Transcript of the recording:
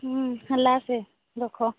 ହୁଁ ହେଲା ସେ ରଖ